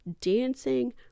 dancing